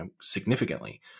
significantly